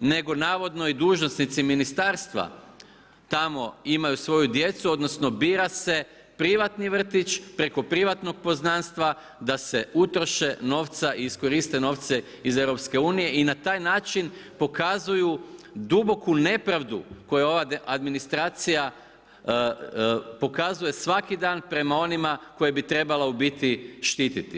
nego navodno i dužnosnici ministarstva imaju tamo svoju djecu odnosno bira se privatni vrtiće preko privatnog poznanstva da se utroše novci, iskoriste novci iz EU-a i na taj način pokazuju duboku nepravdu koja ova administracija pokazuje svaki dan prema onima koje bi trebala u biti štititi.